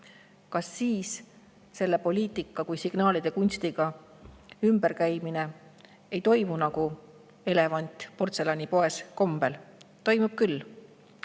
Kas poliitikaga kui signaalide kunstiga ümberkäimine ei toimu elevant portselanipoes kombel? Toimub küll,